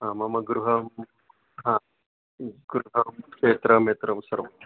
हा मम गृहं हा गृहं क्षेत्रं यत्र सर्वं